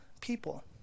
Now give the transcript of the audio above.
people